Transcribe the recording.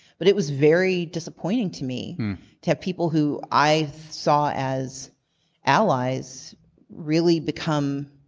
but it was very disappointing to me to have people who i saw as allies really become